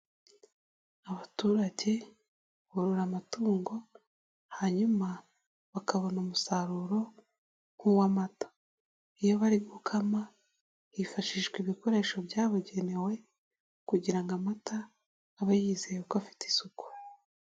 Abaturage borora amatungo, hanyuma bakabona umusaruro nk'uw'amata. Iyo bari gukama, hifashishwa ibikoresho byabugenewe kugira ngo amata, abe yizeye ko afite isuku.